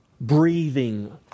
breathing